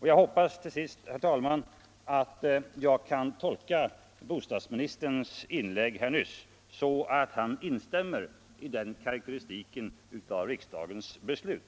Jag hoppas, herr talman, att jag kan tolka bostadsministerns inlägg nyss så, att han instämmer i den här karakteristiken av riksdagens beslut.